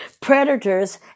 predators